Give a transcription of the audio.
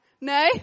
No